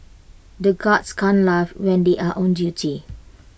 the guards can't laugh when they are on duty